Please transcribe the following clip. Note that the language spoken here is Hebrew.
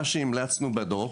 מה שהמלצנו בדוח,